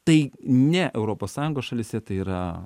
tai ne europos sąjungos šalyse tai yra